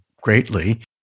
greatly